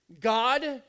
God